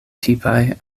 tipaj